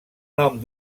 nom